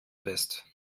west